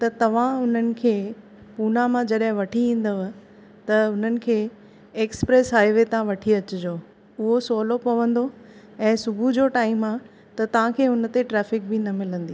त तव्हां उन्हनि खे पूना मां जॾहिं वठी ईंदव त उन्हनि खे एक्स्प्रेस हाइवे तां वठी अचिजो उहो सवलो पवंदो ऐं सुबुह जो टाइम आहे त तव्हांखे उनते ट्रैफिक बि न मिलंदी